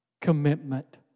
commitment